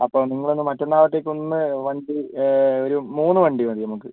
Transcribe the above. അപ്പം നിങ്ങൾ ഒന്ന് മറ്റന്നാളത്തേക്കൊന്ന് വണ്ടി ഒരു മൂന്ന് വണ്ടി മതി നമുക്ക്